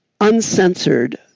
uncensored